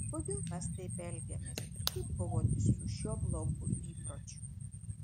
kodėl mes taip elgiamės ir kaip kovoti su šiuo blogu įpročiu